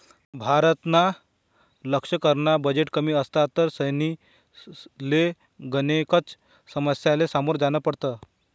भारतना लशकरना बजेट कमी असता तर सैनिकसले गनेकच समस्यासले समोर जान पडत